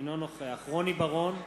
אינו נוכח רוני בר-און,